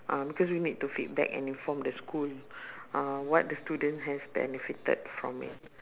ah because we need to feedback and inform the school uh what the student has benefited from it